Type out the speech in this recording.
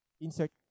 Insert